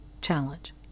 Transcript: challenge